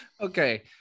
okay